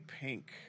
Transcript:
pink